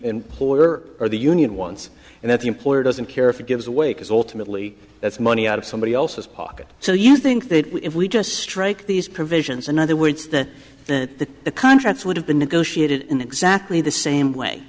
employer or the union wants and that the employer doesn't care if it gives away because ultimately it's money out of somebody else's pocket so you think that if we just strike these provisions in other words that that the contracts would have been negotiated in exactly the same way